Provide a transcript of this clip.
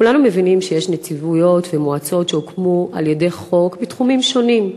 כולנו מבינים שיש נציבויות ומועצות שהוקמו על-ידי החוק בתחומים שונים,